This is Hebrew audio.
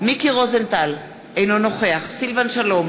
מיקי רוזנטל, אינו נוכח סילבן שלום,